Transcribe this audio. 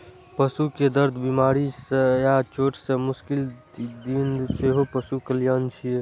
पशु कें दर्द, बीमारी या चोट सं मुक्ति दियेनाइ सेहो पशु कल्याण छियै